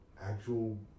actual